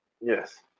yes